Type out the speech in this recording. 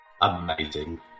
Amazing